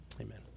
amen